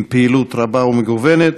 עם פעילות רבה ומגוונת.